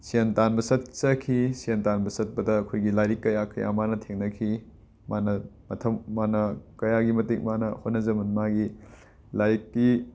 ꯁꯦꯟ ꯇꯥꯟꯕ ꯆꯠꯆꯈꯤ ꯁꯦꯟ ꯇꯥꯟꯕ ꯆꯠꯄꯗ ꯑꯩꯈꯣꯏꯒꯤ ꯂꯥꯏꯔꯤꯛ ꯀꯌꯥ ꯀꯌꯥ ꯃꯥꯅ ꯊꯦꯡꯅꯈꯤ ꯃꯥꯅ ꯃꯊꯧ ꯃꯥꯅ ꯀꯌꯥꯒꯤ ꯃꯇꯤꯛ ꯃꯥꯅ ꯍꯣꯠꯅꯖꯃꯟ ꯃꯥꯒꯤ ꯂꯥꯏꯔꯤꯛꯀꯤ